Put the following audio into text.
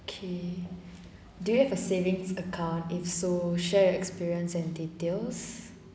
okay do you have a savings account if so share your experience and details